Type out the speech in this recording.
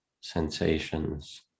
sensations